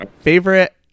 Favorite